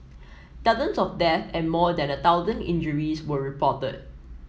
dozens of death and more than a thousand injuries were reported